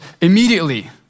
immediately